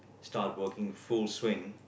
start working full swing